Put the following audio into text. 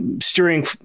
steering